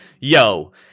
yo